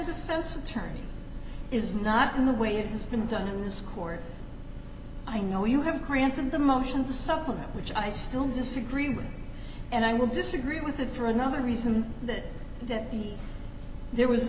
defense attorney is not in the way it has been done in this court i know you have granted the motion to supplement which i still disagree with and i will disagree with the for another reason that that the there was